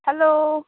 hello